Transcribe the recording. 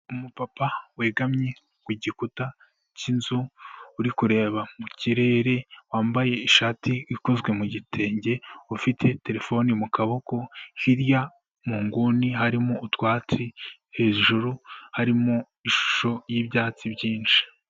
Umupapa wegamye ku gikuta cy'inzu, uri kureba mu kirere, wambaye ishati ikozwe mu gitenge, ufite terefone mu kaboko, hirya mu nguni harimo utwatsi, hejuru harimo ishusho y'ibyatsi byinshi.